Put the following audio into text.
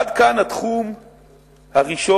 עד כאן התחום הראשון,